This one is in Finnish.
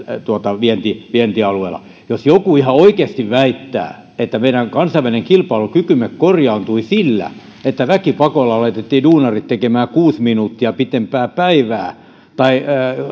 vientialueellamme jos joku ihan oikeasti väittää että meidän kansainvälinen kilpailukykymme korjaantui sillä että väkipakolla laitettiin duunarit tekemään kuusi minuuttia pitempää päivää tai